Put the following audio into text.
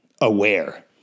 aware